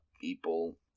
people